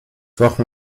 wochen